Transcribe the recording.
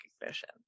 recognition